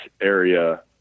area